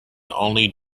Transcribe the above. only